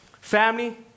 Family